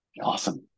Awesome